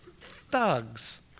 Thugs